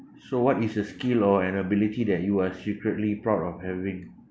so what is a skill or an ability that you are secretly proud of having